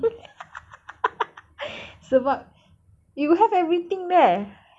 sebab you will have everything there